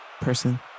person